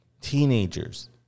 Teenagers